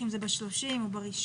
אם זה ב-30 ו ב-1,